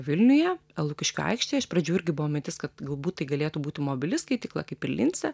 vilniuje lukiškių aikštėje iš pradžių irgi buvo mintis kad galbūt tai galėtų būtų mobili skaitykla kaip ir lince